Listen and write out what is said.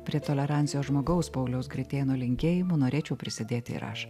prie tolerancijos žmogaus pauliaus gritėno linkėjimų norėčiau prisidėti ir aš